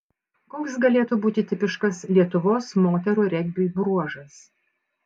koks galėtų būti tipiškas lietuvos moterų regbiui bruožas